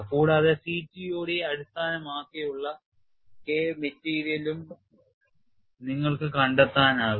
കൂടാതെ CTOD യെ അടിസ്ഥാനമാക്കിയുള്ള K മെറ്റീരിയലും നിങ്ങൾക്ക് കണ്ടെത്താനാകും